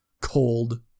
cold